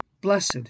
Blessed